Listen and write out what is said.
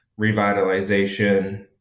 revitalization